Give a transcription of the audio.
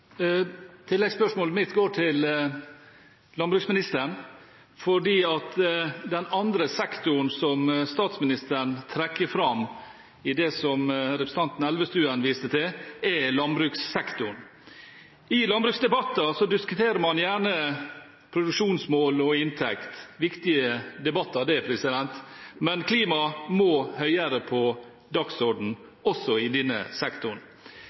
landbruksministeren, fordi den andre sektoren som statsministeren trekker fram i det som representanten Elvestuen viste til, er landbrukssektoren. I landbruksdebatter diskuterer man gjerne produksjonsmål og inntekt. Det er viktige debatter, men klima må høyere på dagsordenen, også i denne sektoren.